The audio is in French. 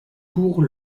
pour